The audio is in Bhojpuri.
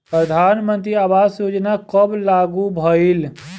प्रधानमंत्री आवास योजना कब लागू भइल?